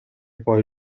poi